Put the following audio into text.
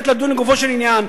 ואפשר באמת לדון לגופו של עניין,